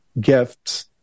gifts